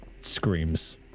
screams